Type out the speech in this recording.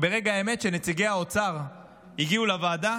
ברגע האמת, כשנציגי האוצר הגיעו לוועדה